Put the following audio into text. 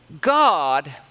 God